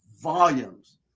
volumes